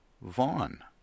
Vaughn